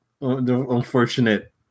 unfortunate